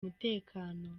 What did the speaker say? umutekano